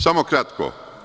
Samo kratko.